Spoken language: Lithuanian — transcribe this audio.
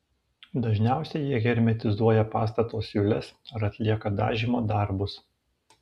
dažniausiai jie hermetizuoja pastato siūles ar atlieka dažymo darbus